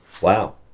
wow